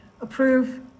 Approve